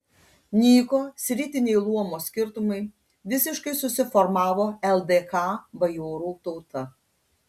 nyko sritiniai luomo skirtumai visiškai susiformavo ldk bajorų tauta